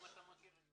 את